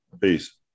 Peace